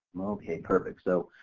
okay perfect so.